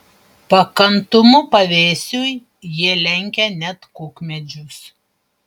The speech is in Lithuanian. pakantumu pavėsiui jie lenkia net kukmedžius